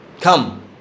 Come